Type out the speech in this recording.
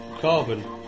Carbon